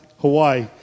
Hawaii